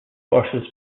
horses